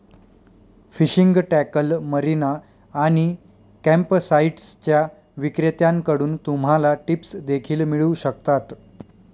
fishing tackle, marina आणि कॅम्पसाइट्सच्या विक्रेत्यांकडून तुम्हाला टिप्स देखील मिळू शकतात